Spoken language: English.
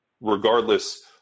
regardless